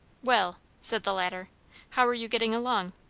well! said the latter how are you getting along?